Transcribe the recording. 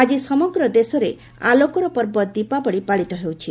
ଆଜି ସମଗ୍ର ଦେଶରେ ଆଲୋକର ପର୍ବ ଦୀପାବଳି ପାଳିତ ହେଉଛି